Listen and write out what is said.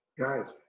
Guys